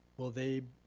will the